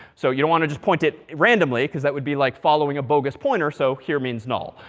so you don't want to just point it randomly because that would be like following a bogus pointer, so here means null.